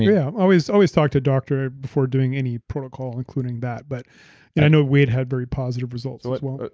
yeah, always always talk to a doctor before doing any protocol including that. but i know we'd had very positive results as well.